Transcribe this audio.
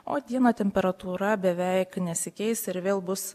o dieną temperatūra beveik nesikeis ir vėl bus